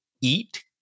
eat